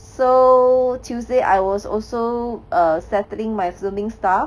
so tuesday I was also err settling my filming stuff